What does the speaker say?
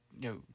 no